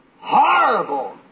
Horrible